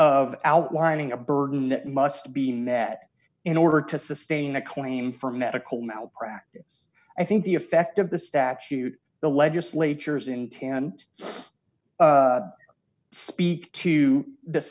of outlining a burden that must be met in order to sustain a claim for medical malpractise i think the effect of the statute the legislature's in tant speak to the